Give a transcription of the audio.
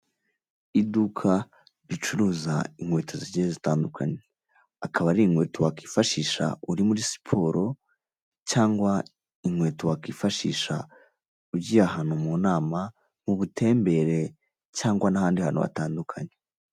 Iduka ricuruza inkweto zigiye zitandukanye, akaba ari inkweto wakwifashisha uri muri siporo cyangwa inkweto wakwifashisha ugiye ahantu mu nama, mu butembere cyangwa n'ahandi hantu hatandukanye.